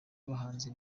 abahanzi